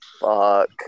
Fuck